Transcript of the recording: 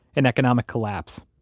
and economic collapse.